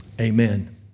Amen